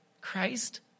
Christ